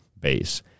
base